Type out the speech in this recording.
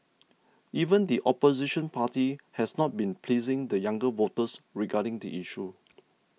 even the opposition party has not been pleasing the younger voters regarding the issue